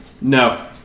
no